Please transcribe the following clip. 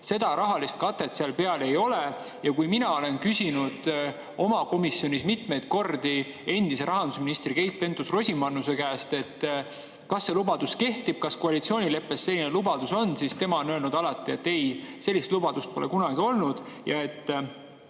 Seda rahalist katet seal peal ei ole. Ja kui ma olen küsinud oma komisjonis mitmeid kordi endise rahandusministri Keit Pentus-Rosimannuse käest, kas see lubadus kehtib, kas koalitsioonileppes selline lubadus on, siis tema on öelnud alati, et ei, sellist lubadust pole kunagi olnud, ja seda